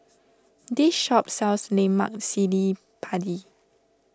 this shop sells Lemak Cili Padi